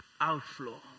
outflow